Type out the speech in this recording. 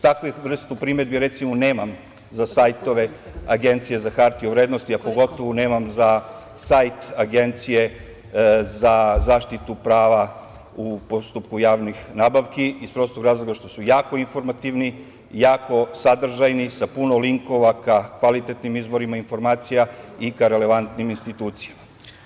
Takvu vrstu primedbi, recimo, nemam za sajtove Agencije za hartije od vrednosti, a pogotovo nemam za sajt Agencije za zaštitu prava u postupku javnih nabavki, iz prostog razloga što su jako informativni, jako sadržajni, sa puno linkova, kvalitetnim izborom informacija i ka relevantnim institucijama.